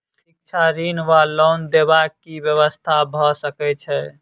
शिक्षा ऋण वा लोन देबाक की व्यवस्था भऽ सकै छै?